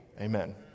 Amen